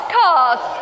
cars